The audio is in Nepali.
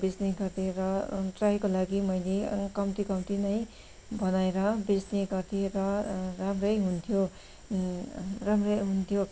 बेच्ने गर्थेँ र ट्राईको लागि मैले कम्ती कम्ती नै बनाएर बेच्ने गर्थेँ र राम्रै हुन्थ्यो राम्रै हुन्थ्यो